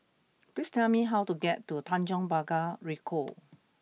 please tell me how to get to Tanjong Pagar Ricoh